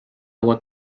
agua